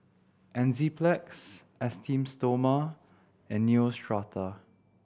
Enzyplex Esteem Stoma and Neostrata